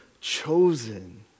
chosen